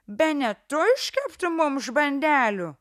bene tu iškeptum mums bandelių